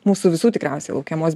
mūsų visų tikriausia laukiamos